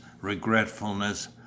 regretfulness